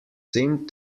seemed